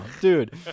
dude